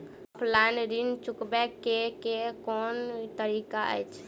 Offline ऋण चुकाबै केँ केँ कुन तरीका अछि?